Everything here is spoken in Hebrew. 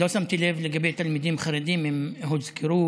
לא שמתי לב לגבי תלמידים חרדים, אם הוזכרו.